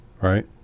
right